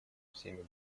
всеми